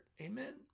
Amen